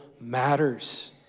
matters